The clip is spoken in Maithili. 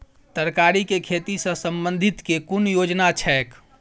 तरकारी केँ खेती सऽ संबंधित केँ कुन योजना छैक?